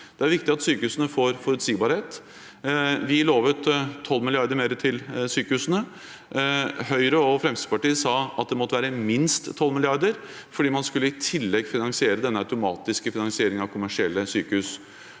Det er viktig at sykehusene får forutsigbarhet. Vi lovet 12 mrd. kr mer til sykehusene. Høyre og Fremskrittspartiet sa at det måtte være minst 12 mrd. kr, fordi man i tillegg skulle finansiere den automatiske finansieringen av kommersielle sykehus.